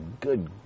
good